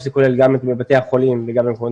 שזה כולל גם את בתי החולים וגם מקומות